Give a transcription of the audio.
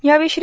यावेळी श्री